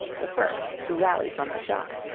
the first to rally from the shock,